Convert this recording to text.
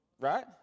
Right